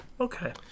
Okay